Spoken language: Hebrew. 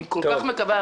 אני כל כך מקווה,